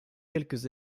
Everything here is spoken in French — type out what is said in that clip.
quelques